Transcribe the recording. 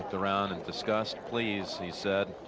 the round and disgust, please. he said.